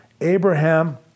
Abraham